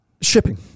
shipping